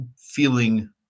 feeling